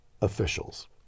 officials